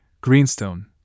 Greenstone